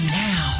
now